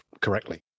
correctly